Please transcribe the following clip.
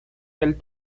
del